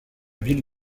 ville